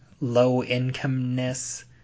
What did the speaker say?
low-income-ness